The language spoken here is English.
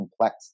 complex